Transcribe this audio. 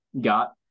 got